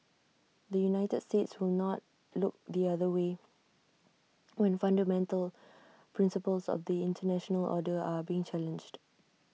the united states will not look the other way when fundamental principles of the International order are being challenged